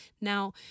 Now